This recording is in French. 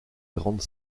grande